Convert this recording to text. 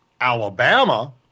Alabama